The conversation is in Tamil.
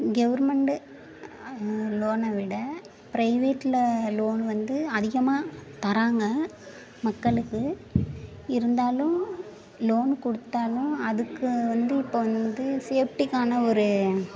கவர்மெண்ட்டு லோனை விட ப்ரைவேட்டில் லோன் வந்து அதிகமாக தராங்க மக்களுக்கு இருந்தாலும் லோன் கொடுத்தாலும் அதுக்கு வந்து இப்போ வந்து ஷேஃப்டிக்கான ஒரு